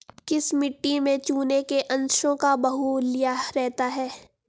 किस मिट्टी में चूने के अंशों का बाहुल्य रहता है?